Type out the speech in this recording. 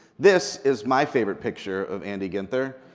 this is my favorite picture of andy ginther.